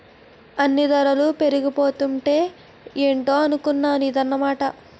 అన్నీ దరలు పెరిగిపోతాంటే ఏటో అనుకున్నాను ఇదన్నమాట